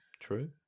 true